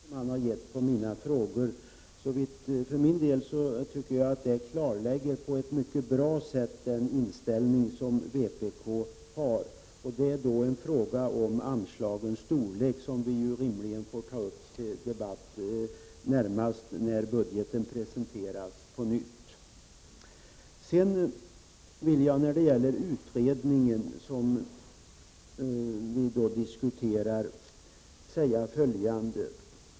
Fru talman! Jag vill första tacka Alexander Chrisopoulos för de svar han givit på mina frågor. Jag tycker för min del att dessa på ett mycket bra sätt klarlägger den inställning vpk har. Frågan om anslagens storlek får vi närmast ta upp till debatt när budgetpropositionen presenteras. När det gäller den utredning som vi diskuterar vill jag säga följande.